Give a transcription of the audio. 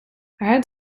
had